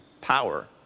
power